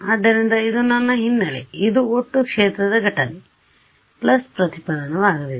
ಆದ್ದರಿಂದ ಇದು ನನ್ನ ಹಿನ್ನೆಲೆ ಇದು ಒಟ್ಟು ಕ್ಷೇತ್ರಘಟನೆ ಪ್ಲಸ್ ಪ್ರತಿಫನ ವಾಗಲಿದೆ